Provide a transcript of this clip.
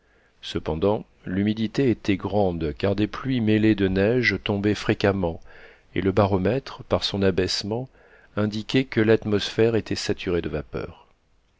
cependant l'humidité était grande car des pluies mêlées de neige tombaient fréquemment et le baromètre par son abaissement indiquait que l'atmosphère était saturée de vapeurs